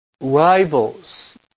rivals